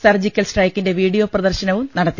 surgical സ്ട്രൈക്കിന്റെ video പ്രദർശനവും നടത്തി